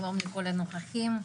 שלום לכל הנוכחים,